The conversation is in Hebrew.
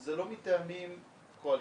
זה לא מטעמים קואליציוניים,